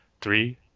Three